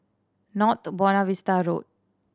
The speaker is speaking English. North Buona Vista Road